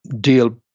deal